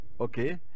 Okay